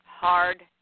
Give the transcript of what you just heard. Hard